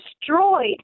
destroyed